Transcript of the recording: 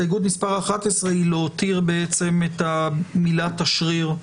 הסתייגות מספר 11 היא להותיר בעצם את המילה "תשריר"